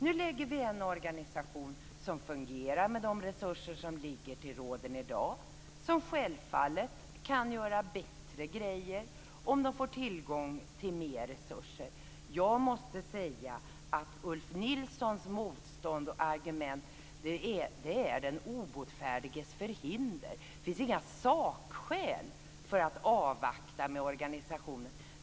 Nu lägger vi fram förslag om en organisation som fungerar med de resurser som finns till råden i dag och som självfallet kan göra bättre grejer om man får tillgång till mer resurser. Jag måste säga att Ulf Nilssons motstånd och argument är den obotfärdiges förhinder. Det finns inga sakskäl för att avvakta med organisationen.